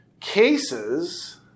cases